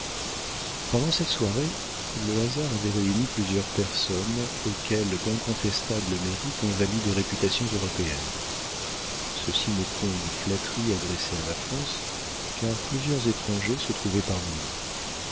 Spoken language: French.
pendant cette soirée le hasard avait réuni plusieurs personnes auxquelles d'incontestables mérites ont valu des réputations européennes ceci n'est point une flatterie adressée à la france car plusieurs étrangers se trouvaient parmi nous